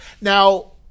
Now